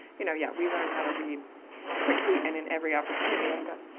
you know, yeah, we learn how to read quickly and in every opportunity. i've got,